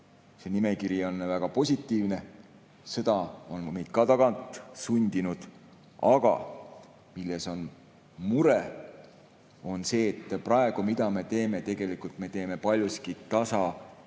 See nimekiri on väga positiivne. Sõda on meid ka tagant sundinud. Aga milles on mure? Selles, mida me praegu teeme. Tegelikult me teeme paljuski tasa